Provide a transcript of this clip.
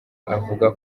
avuga